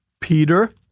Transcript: Peter